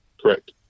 correct